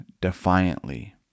defiantly